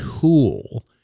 tool